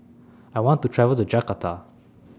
I want to travel to Jakarta